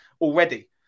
already